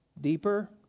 deeper